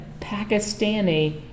Pakistani